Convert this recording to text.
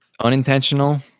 unintentional